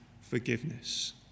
forgiveness